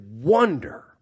wonder